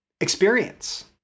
experience